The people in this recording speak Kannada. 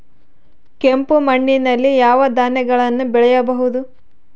ಕೆಂಪು ಮಣ್ಣಲ್ಲಿ ಯಾವ ಧಾನ್ಯಗಳನ್ನು ಬೆಳೆಯಬಹುದು?